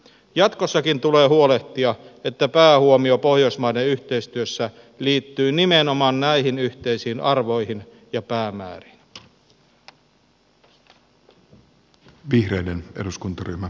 jatkossakin tulee huolehtia että päähuomio pohjoismaiden yhteistyössä liittyy nimenomaan näihin yhteisiin arvoihin ja päämääriin